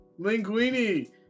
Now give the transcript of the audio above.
Linguini